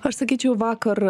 aš sakyčiau vakar